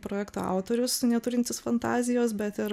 projekto autorius neturintis fantazijos bet ir